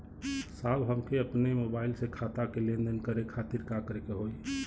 साहब हमके अपने मोबाइल से खाता के लेनदेन करे खातिर का करे के होई?